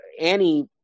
Annie